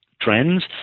trends